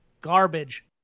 garbage